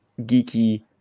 geeky